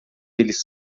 eles